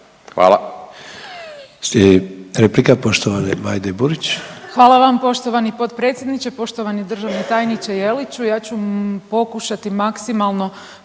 Hvala.